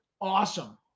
Awesome